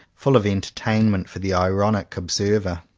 full of entertainment for the ironic ob server.